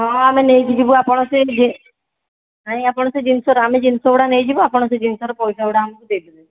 ହଁ ଆମେ ନେଇକି ଯିବୁ ଆପଣ ସେ ନାଇଁ ଆପଣ ସେ ଜିନିଷର ଆମେ ଜିନିଷ ଗୁଡ଼ା ନେଇଯିବୁ ଆପଣ ସେ ଜିନିଷର ପଇସା ଗୁଡ଼ା ଆମକୁ ଦେଇଦେବେ